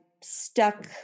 stuck